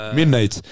Midnight